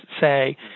say